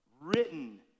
written